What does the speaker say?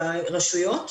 ברשויות,